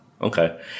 Okay